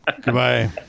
Goodbye